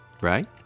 right